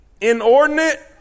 inordinate